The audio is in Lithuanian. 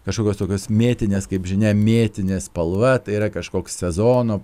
kažkokios tokios mėtinės kaip žinia mėtinė spalva tai yra kažkoks sezono